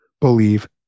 believe